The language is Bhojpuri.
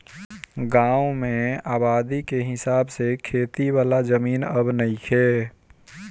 गांवन में आबादी के हिसाब से खेती वाला जमीन अब नइखे